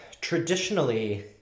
traditionally